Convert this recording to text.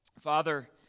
Father